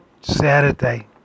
Saturday